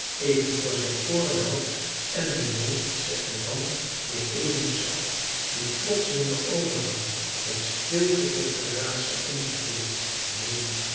even voor zijn ooren houdt en men neemt ze er dan weer eventjes af die plotselinge overgangen van stilte tot geraas en omgekeerd neen